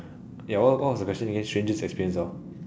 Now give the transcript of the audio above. ya what what was the question again strangest experience of